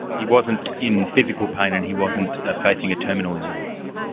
he wasn't in physical pain and he wasn't facing a terminal illness.